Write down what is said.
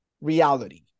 reality